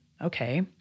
okay